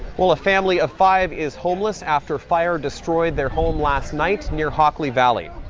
well a family of five is homeless after fire destroyed their home last night near hockley valley.